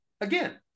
Again